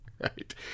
Right